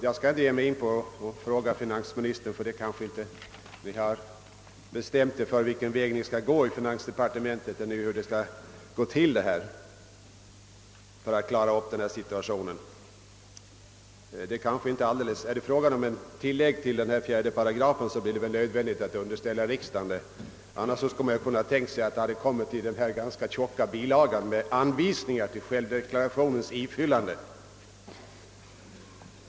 Jag skall inte fråga finansministern hur man tänker lösa denna fråga; det har ni kanske ännu inte bestämt er för i finansdepartementet. Är det fråga om att göra ett tillägg till 4 §, så blir det nödvändigt att underställa riksdagen förslag härom. Eljest hade man möjligen kunnat tänka sig att det hela hade kunnat lösas genom att frågan togs upp i bilagan med anvisningar till självdeklarationens ifyllande.